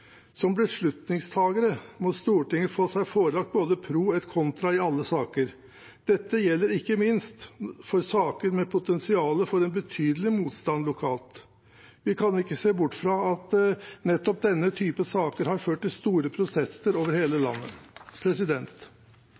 Som beslutningstakere må Stortinget få seg forelagt både pro et contra i alle saker. Dette gjelder ikke minst for saker med potensial for en betydelig motstand lokalt. Vi kan ikke se bort fra at nettopp denne type saker har ført til store protester over hele landet.